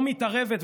או מתערבת,